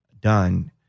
done